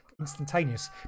instantaneous